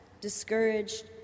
discouraged